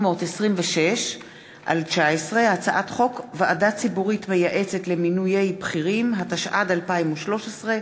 פ/1826/19, הצעת חוק יום העלייה, התשע"ד 2013,